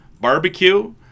Barbecue